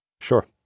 Sure